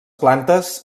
plantes